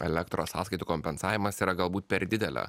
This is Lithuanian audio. elektros sąskaitų kompensavimas yra galbūt per didelė